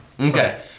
Okay